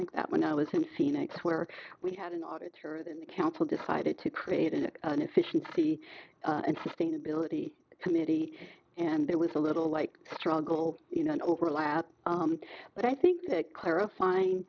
like that when i was in phoenix where we had an auditor then the council decided to create an efficiency and sustainability committee and there was a little like struggle you know an overlap but i think that clarifying